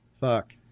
fuck